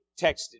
texted